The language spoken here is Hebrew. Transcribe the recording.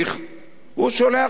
הוא שולח מכתב.